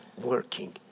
working